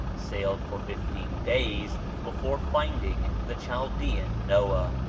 sailed for fifteen days before finding the chaldean noah.